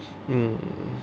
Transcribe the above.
mm